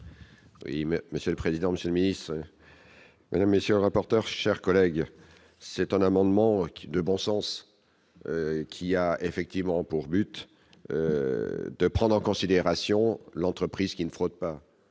mais monsieur le président, Monsieur le ministre. Madame, monsieur, rapporteur, chers collègues, c'est un amendement de bon sens qu'il y a effectivement pour but de prendre en considération l'entreprise qui ne fraudent pas